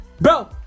Bro